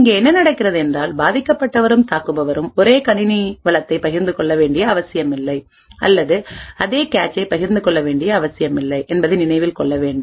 இங்கே என்ன நடக்கிறது என்றால் பாதிக்கப்பட்டவரும் தாக்குபவரும் ஒரே கணினி வளத்தைப் பகிர்ந்து கொள்ள வேண்டிய அவசியமில்லை அல்லது அதே கேச்சை பகிர்ந்து கொள்ள வேண்டிய அவசியமில்லை என்பதை நினைவில் கொள்ள வேண்டும்